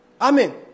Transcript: Amen